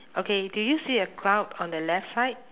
okay do you see a crowd on the left side